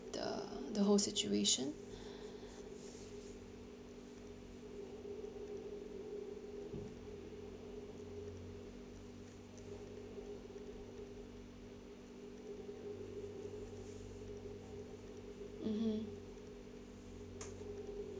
the the whole situation mmhmm